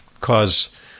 cause